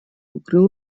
укрыл